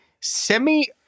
semi